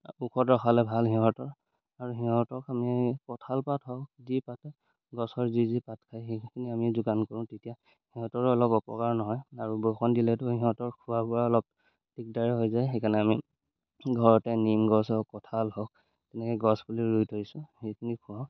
ওখত ৰখালে ভাল সিহঁতৰ আৰু সিহঁতক আমি কঁঠাল পাত হওক যি পাত গছৰ যি যি পাত খায় সেইখিনি আমি যোগান কৰোঁ তেতিয়া সিহঁতৰো অলপ অপকাৰ নহয় আৰু বৰষুণ দিলেতো সিহঁতৰ খোৱা বোৱা অলপ দিগদাৰে হৈ যায় সেইকাৰণে আমি ঘৰতে নিম গছ হওক কঁঠাল হওক তেনেকৈ গছ পুলি ৰুই থৈছোঁ সেইখিনি খুৱাওঁ